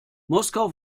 moskau